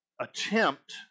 attempt